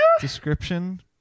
description